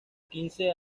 quince